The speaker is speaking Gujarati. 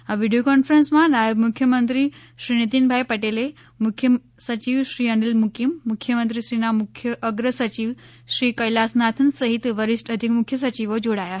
આ વિડીયો કોન્ફરન્સમાં નાયબ મુખ્યમંત્રી શ્રી નીતિનભાઇ પટેલ મુખ્ય સચિવ શ્રી અનિલ મુકીમ મુખ્યમંત્રીશ્રીના મુખ્ય અગ્ર સચિવ શ્રી કૈલાસનાથન સહિત વરિષ્ઠ અધિક મુખ્ય સચિવો સચિવો જોડાયા હતા